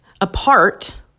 apart